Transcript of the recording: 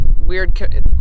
weird